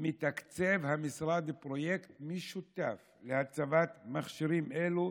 המשרד מתקצב פרויקט משותף להצבת מכשירים אלו